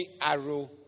arrow